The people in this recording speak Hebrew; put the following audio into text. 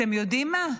אתם יודעים מה?